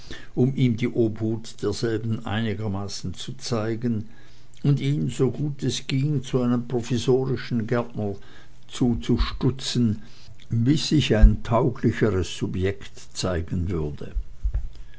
um ihm die obhut derselben einigermaßen zu zeigen und ihn so gut es ging zu einem provisorischen gärtner zuzustutzen bis sich ein tauglicheres subjekt zeigen würde